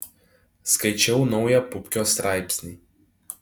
skaičiau naują pupkio straipsnį